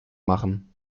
machen